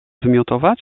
wymiotować